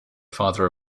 father